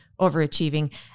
overachieving